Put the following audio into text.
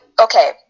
okay